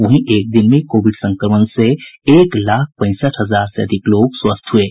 वहीं एक दिन में कोविड संक्रमण से एक लाख पैंसठ हजार से अधिक लोग स्वस्थ हुए हैं